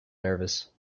nervous